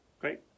great